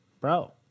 bro